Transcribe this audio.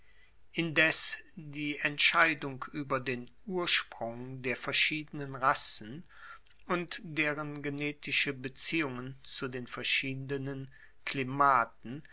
indes die entscheidung ueber den ursprung der verschiedenen rassen und deren genetische beziehungen zu den verschiedenen klimaten